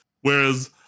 Whereas